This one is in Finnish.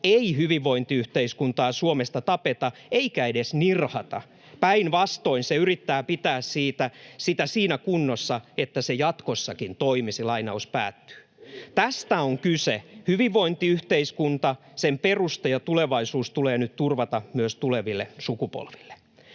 ei hyvinvointiyhteiskuntaa Suomesta tapeta eikä edes nirhata. Päinvastoin se yrittää pitää sitä siinä kunnossa, että se jatkossakin toimisi.” Tästä on kyse. Hyvinvointiyhteiskunta, sen perusta ja tulevaisuus tulee nyt turvata myös tuleville sukupolville.